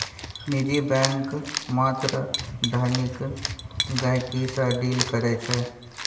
निजी बैंक मात्र धनिक गहिंकी सँ डील करै छै